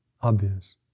obvious